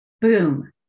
boom